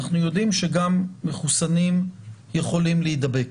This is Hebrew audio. אנחנו יודעים שגם מחוסנים יכולים להידבק.